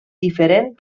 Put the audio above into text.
diferent